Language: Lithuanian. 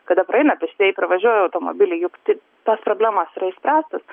kada praeina pėstieji pravažiuoja automobiliai juk tik tos problemos spręsis